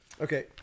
Okay